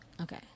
Okay